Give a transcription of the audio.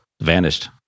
Vanished